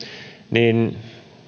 niin